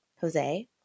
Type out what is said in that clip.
Jose